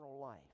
life